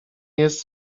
jest